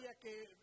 que